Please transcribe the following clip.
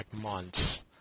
months